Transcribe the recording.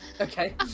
okay